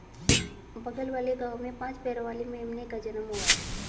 बगल वाले गांव में पांच पैरों वाली मेमने का जन्म हुआ है